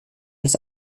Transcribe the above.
das